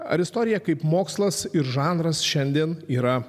ar istorija kaip mokslas ir žanras šiandien yra